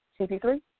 CP3